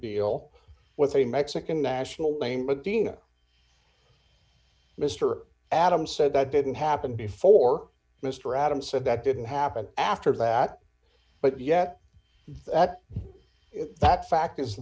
deal with a mexican national lame but dino mr adams said that didn't happen before mr adams said that didn't happen after that but yet that fact